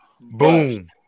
Boom